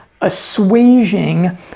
assuaging